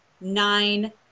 nine